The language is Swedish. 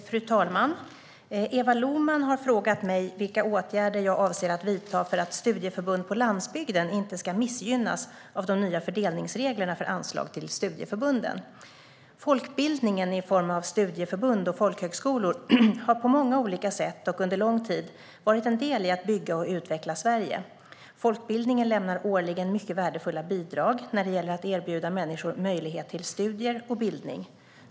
Fru talman! Eva Lohman har frågat mig vilka åtgärder jag avser att vidta för att studieförbund på landsbygden inte ska missgynnas av de nya fördelningsreglerna för anslag till studieförbunden. Folkbildningen i form av studieförbund och folkhögskolor har på många olika sätt och under lång tid varit en del i att bygga och utveckla Sverige. Folkbildningen lämnar årligen mycket värdefulla bidrag när det gäller att erbjuda människor möjlighet till studier och bildning.